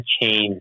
change